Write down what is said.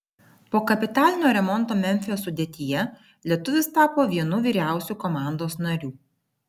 po kapitalinio remonto memfio sudėtyje lietuvis tapo vienu vyriausių komandos narių